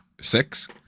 Six